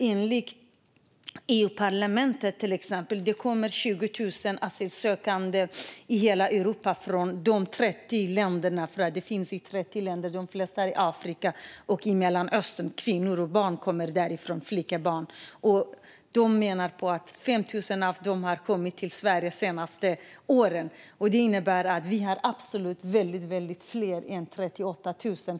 Enligt till exempel EU-parlamentet kommer 20 000 asylsökande i hela Europa från de 30 länder där detta finns, de flesta i Afrika och Mellanöstern. Det kommer kvinnor och flickebarn därifrån. Man menar på att 5 000 av dem har kommit till Sverige de senaste åren. Det innebär att vi absolut har väldigt många fler könsstympade än 38 000.